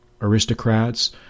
aristocrats